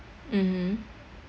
mmhmm